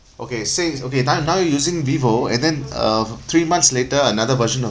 okay same okay now now you're using Vivo and then uh three months later another version of